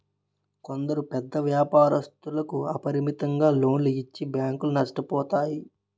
కొందరు పెద్ద వ్యాపారస్తులకు అపరిమితంగా లోన్లు ఇచ్చి బ్యాంకులు నష్టపోతాయి